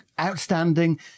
outstanding